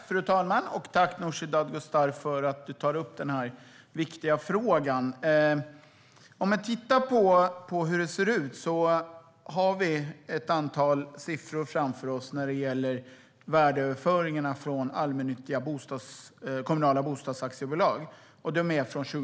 Fru talman! Jag tackar Nooshi Dadgostar för att hon tar upp den här viktiga frågan. Vi har ett antal siffror från 2014 när det gäller överföringarna från kommunala bostadsaktiebolag.